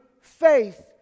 faith